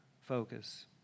focus